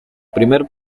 primer